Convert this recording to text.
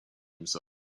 himself